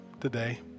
today